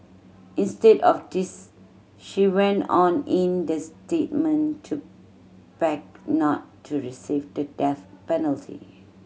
instead of this she went on in the statement to beg not to receive the death penalty